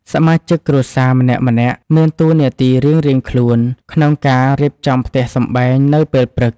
សមាជិកគ្រួសារម្នាក់ៗមានតួនាទីរៀងៗខ្លួន ក្នុងការរៀបចំផ្ទះសម្បែងនៅពេលព្រឹក។